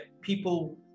People